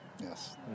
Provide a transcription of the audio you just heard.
Yes